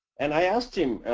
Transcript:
and i asked him,